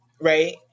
right